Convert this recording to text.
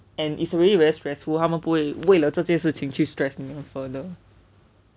and it's really very stressful 他们不会为了这件事情去 stress 你们 further